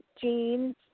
jeans